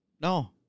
No